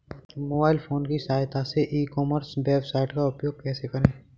Mobile phone की सहायता से ई कॉमर्स वेबसाइट का उपयोग कैसे करें?